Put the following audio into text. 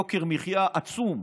יוקר מחיה עצום?